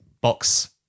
box